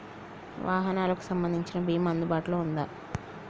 వాహనాలకు సంబంధించిన బీమా అందుబాటులో ఉందా?